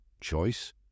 Choice